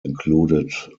included